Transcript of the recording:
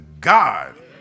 God